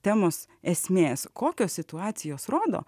temos esmės kokios situacijos rodo